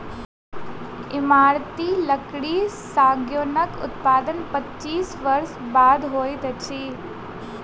इमारती लकड़ी सागौनक उत्पादन पच्चीस वर्षक बाद होइत अछि